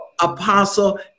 Apostle